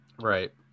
right